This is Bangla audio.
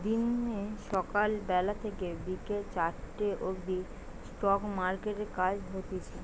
দিনে সকাল বেলা থেকে বিকেল চারটে অবদি স্টক মার্কেটে কাজ হতিছে